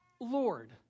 Lord